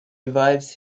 revives